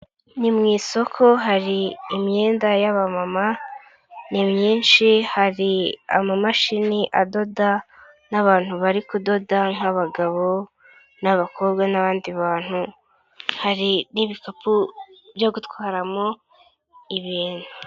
Ni mu isoko hari imyenda y'abamama, ni myinshi hari amamashini adoda, n'abantu bari kudoda nk'abagabo, n'abakobwa n'abandi bantu, hari n'ibikapu byo gutwaramo, ibintu.